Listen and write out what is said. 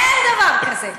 אין דבר כזה.